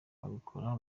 babikora